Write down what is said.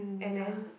and then